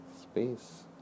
space